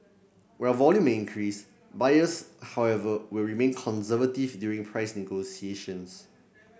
while volume may increase buyers however will remain conservative during price negotiations